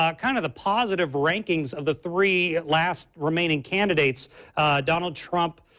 um kind of the positive rangings of the three last remaining candidates donald trump,